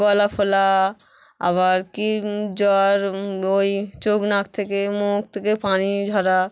গলা ফোলা আবার কি জ্বর ওই চোখ নাক থেকে মুখ থেকে পানি ঝরা